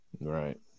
right